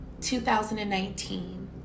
2019